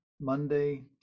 Monday